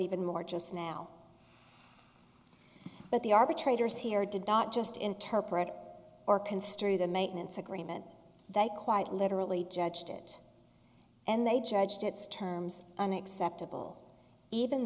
even more just now but the arbitrators here did not just interpret or construe the maintenance agreement that quite literally judged it and they judged its terms unexceptable even